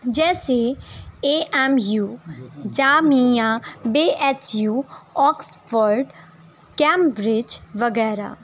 جیسے A M U جامعہ B H U Oxford Cambridge وغیرہ